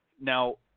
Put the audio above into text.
Now